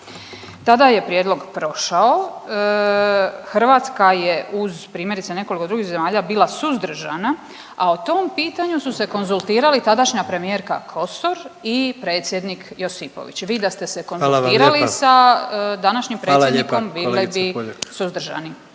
Tada je prijedlog prošao, Hrvatska je uz primjerice nekoliko drugih zemalja bila suzdržana, a o tom pitanju su se konzultirali tadašnja premijerka Kosor i predsjednik Josipović. Vi da ste se konzultirali sa …/Upadica predsjednik: Hvala vam